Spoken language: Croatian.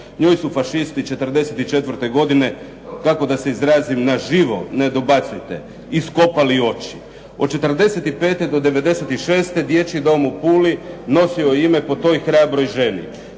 Njoj su fašisti '44. godine, kako da se izrazim, na živo, ne dobacujte, iskopali oči. Od '45. do '96. dječji dom u Puli nosio je ime po toj hrabroj ženi.